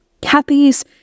Kathy's